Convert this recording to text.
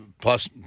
Plus